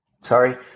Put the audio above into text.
sorry